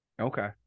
Okay